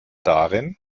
darin